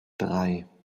drei